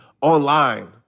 online